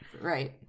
Right